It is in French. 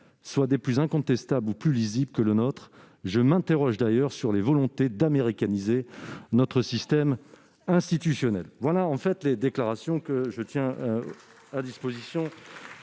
soit des plus incontestables, ou plus lisible que le nôtre. Je m'interroge d'ailleurs sur les volontés d'américaniser notre système institutionnel. » Je tiens l'ensemble de ces déclarations à votre disposition,